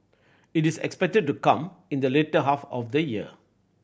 it is expected to come in the later half of the year